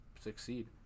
succeed